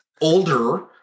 older